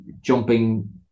jumping